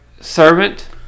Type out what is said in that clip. servant